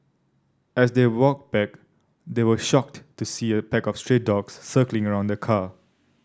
as they walked back they were shocked to see a pack of stray dogs circling around the car